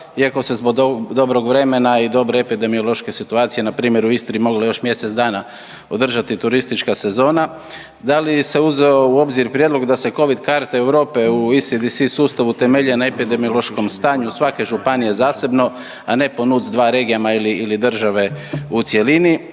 iako se zbog dobrog vremena i dobre epidemiološke situacije npr. u Istri moglo još mjesec dana održati turistička sezona, da li se uzeo u obzir prijedlog da se covid karta Europe u ISDS sustav utemeljio na epidemiološkom stanju svake županije zasebno, a ne po NUTS-2 regijama ili, ili države u cjelini,